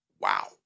wow